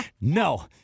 No